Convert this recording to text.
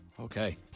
Okay